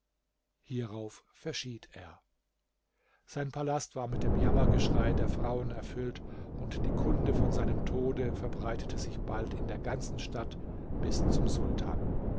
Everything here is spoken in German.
hierauf verschied er sein palast war mit dem jammergeschrei der frauen erfüllt und die kunde von seinem tode verbreitete sich bald in der ganzen stadt bis zum sultan